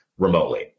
Remotely